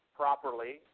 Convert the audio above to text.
properly